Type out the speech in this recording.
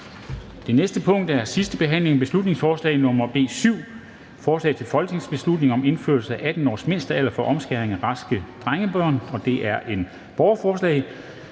er: 4) 2. (sidste) behandling af beslutningsforslag nr. B 7: Forslag til folketingsbeslutning om indførelse af 18-årsmindstealder for omskæring af raske børn (borgerforslag).